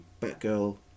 batgirl